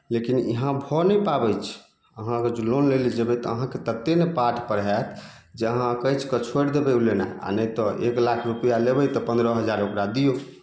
लेकिन यहाँ भऽ नहि पाबय छै अहाँके जे लोन लै लए जेबय तऽ अहाँके तते ने पाठ पढ़ायत जे अहाँ अक्च्छि कऽ छोड़ि देबय लेनाइ नहि तऽ एक लाख रुपैआ लेबय तऽ पन्द्रह हजार ओकरा दियौ